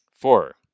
Four